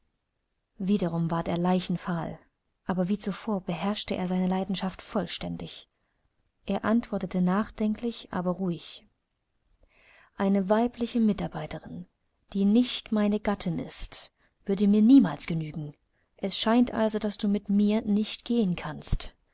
wiederum ward er leichenfahl aber wie zuvor beherrschte er seine leidenschaft vollständig er antwortete nachdenklich aber ruhig eine weibliche mitarbeiterin die nicht meine gattin ist würde mir niemals genügen es scheint also daß du mit mir nicht gehen kannst